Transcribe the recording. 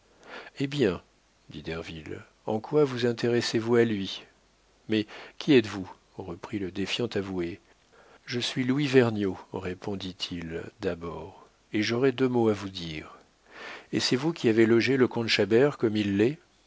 eh bien dit derville en quoi vous intéressez vous à lui mais qui êtes-vous reprit le défiant avoué je suis louis vergniaud répondit-il d'abord et j'aurais deux mots à vous dire et c'est vous qui avez logé le comte chabert comme il l'est